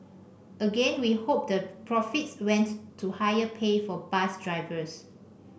again we hope the profits went to higher pay for bus drivers